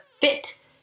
fit